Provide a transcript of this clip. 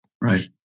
Right